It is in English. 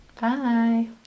Bye